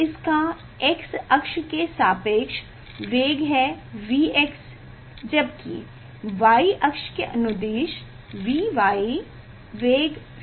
इसका x अक्ष के सापेक्ष वेग है Vx जबकि y अक्ष के अनुदिश Vy वेग 0 है